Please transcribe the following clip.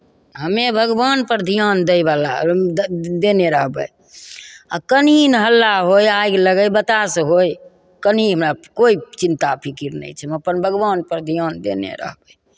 हमे भगवानपर धियान दयवला द् देने रहबै आ कनि ने हल्ला होय आगि लगय बताश होय कनि हमरा कोइ चिंता फिकिर नहि छै हम अपन भगवानपर धियान देने रहबै